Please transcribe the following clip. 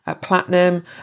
platinum